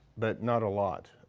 but not a lot.